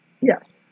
Yes